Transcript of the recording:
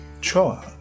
Sure